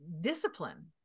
discipline